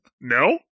No